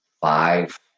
five